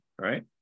right